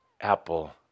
Apple